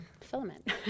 filament